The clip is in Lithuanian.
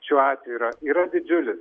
šiuo atveju yra yra didžiulis